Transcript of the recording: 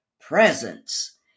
presence